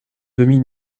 demi